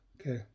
Okay